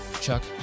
Chuck